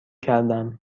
کردم